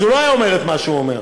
אז הוא לא היה אומר את מה שהוא אומר.